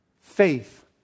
Faith